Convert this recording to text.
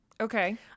Okay